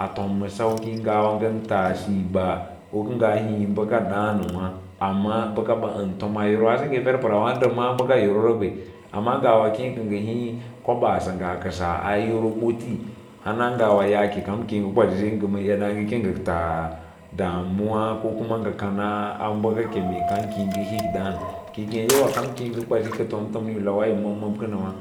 A tom ma sauki ngawa nga taa siiba ku nga hii baka danduwa pa bakaba na tomaa yoro fiv aaso fer paeaawa kei sa maa yorora kwe, ama ngawa kei ka nga hii kobasangye a yoro boti hana ngwa yaake kamkiyi kwabi se nga maa evaage ken ga tas damuwa ko kuma nga kanaa bakake kiyo hik daan kai kem ye wa kam kiyi kwasi paka tanatomni lawa yi mab mab kanawa